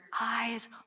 eyes